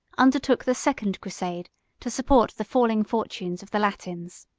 undertook the second crusade to support the falling fortunes of the latins.